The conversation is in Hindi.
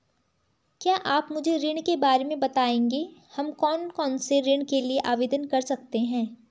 क्या आप मुझे ऋण के बारे में बताएँगे हम कौन कौनसे ऋण के लिए आवेदन कर सकते हैं?